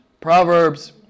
Proverbs